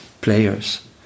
players